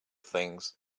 things